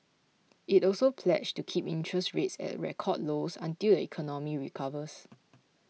it also pledged to keep interest rates at record lows until the economy recovers